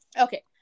Okay